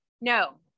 No